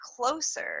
closer